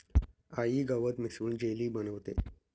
आई गवत मिसळून जेली बनवतेय